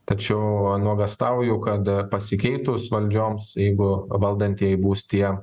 tačiau nuogąstauju kad pasikeitus valdžioms jeigu valdantieji bus tie